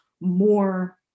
more